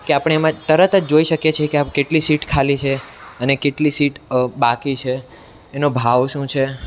કે આપણે એમાં તરત જ જોઈ શકીએ છીએ કે આમ કેટલી સીટ ખાલી છે અને કેટલી સીટ બાકી છે એનો ભાવ શું છે